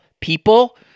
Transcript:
people